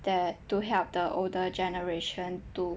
that to help the older generation to